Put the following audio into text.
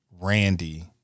Randy